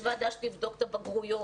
יש ועדה שתבדוק את הבגרויות,